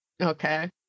Okay